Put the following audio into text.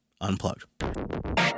unplugged